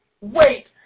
Wait